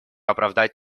оправдать